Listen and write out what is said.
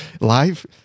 live